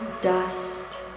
dust